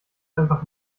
einfach